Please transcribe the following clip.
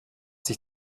sich